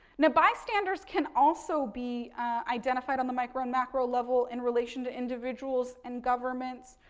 now, bystanders can also be identified on the micro macro level in relation to individuals and governments.